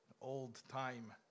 old-time